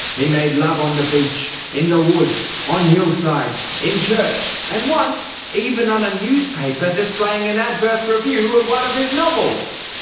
he made love on the beach, in the woods, on hillsides, in church, and once even on a newspaper displaying an adverse review of one of his novels.